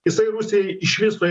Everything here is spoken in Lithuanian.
jisai rusijai iš viso